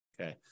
Okay